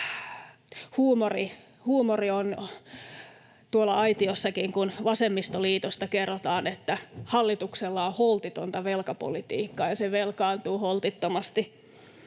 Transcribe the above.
huumoria on tuolla salissakin, kun vasemmistoliitosta kerrotaan, että hallituksella on holtitonta velkapolitiikkaa ja se velkaantuu holtittomasti,